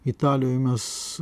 italijoj mes